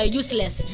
useless